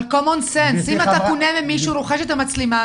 אם אתה פונה למישהו ורוכש את המצלמה,